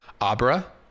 Abra